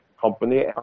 company